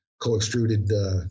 co-extruded